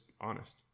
honest